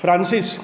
Francis